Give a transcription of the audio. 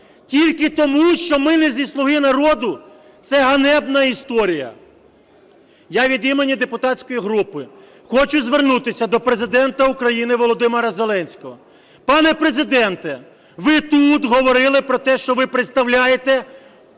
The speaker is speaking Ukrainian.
тільки тому, що ми не зі "Слуги народу"? Це ганебна історія. Я від імені депутатської групи хочу звернутися до Президента України Володимира Зеленського. Пане Президенте, ви тут говорили про те, що ви представляєте